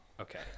Okay